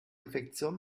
infektion